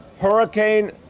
Hurricane